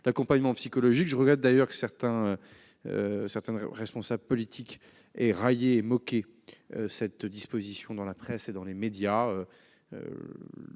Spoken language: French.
d'accompagnement psychologique. Je regrette d'ailleurs que certains responsables politiques aient raillé et moqué cette disposition dans la presse et les médias,